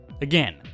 Again